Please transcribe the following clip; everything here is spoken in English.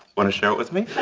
want to share it with me?